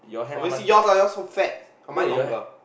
obviously yours lah yours so fat but mine longer